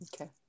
Okay